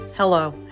Hello